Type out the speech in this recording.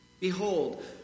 Behold